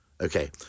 Okay